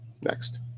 next